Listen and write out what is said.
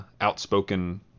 outspoken